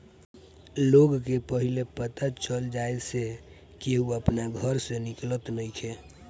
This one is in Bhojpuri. लोग के पहिले पता चल जाए से केहू अपना घर से निकलत नइखे